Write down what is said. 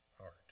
heart